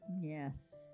Yes